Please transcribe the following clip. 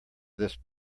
this